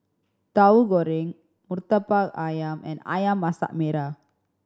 Tauhu Goreng Murtabak Ayam and Ayam Masak Merah